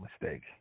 mistake